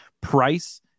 price